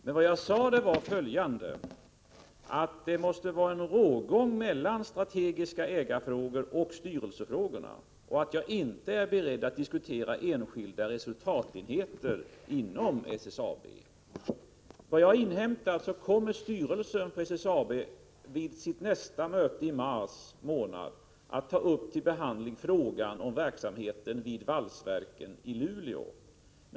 Men vad jag sade var att det måste finnas en rågång mellan strategiska ägarfrågor och styrelsefrågor och att jag inte är beredd att diskutera enskilda resultatenheter inom SSAB. Enligt vad jag inhämtat kommer styrelsen för SSAB att vid sitt nästa möte i mars ta upp och behandla frågan om verksamheten vid valsverket i Luleå.